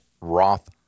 Roth